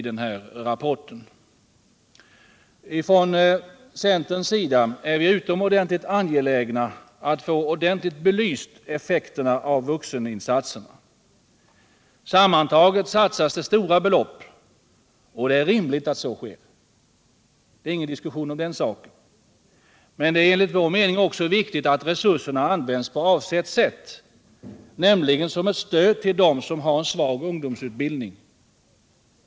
Vi är inom centern utomordentligt angelägna om att få effekterna av vuxeninsatserna ordentligt belysta. Sammantaget satsas det stora belopp, och det är rimligt att så sker — det är ingen diskussion om den saken. Men det är enligt vår mening också viktigt att resurserna används på avsett sätt, nämligen som ett stöd till dem som har en svag ungdomsutbildning.